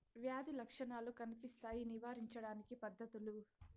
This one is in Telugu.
వ్యాధి లక్షణాలు కనిపిస్తాయి నివారించడానికి పద్ధతులు?